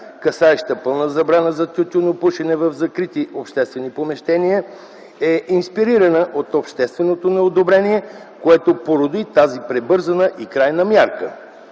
касаеща пълна забрана за тютюнопушене в закрити обществени помещения, е инспирирана от общественото неодобрение, което породи тази прибързана и крайна мярка.